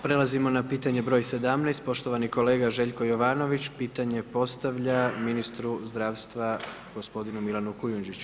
Prelazimo na pitanje broj 17. poštovani kolega Željko Jovanović pitanje postavlja ministru zdravstva gospodinu Milanu Kujundžiću.